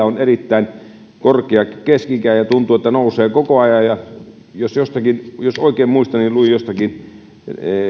on erittäin korkea keski ikä ja tuntuu että se nousee koko ajan ja jos oikein muistan niin luin jostakin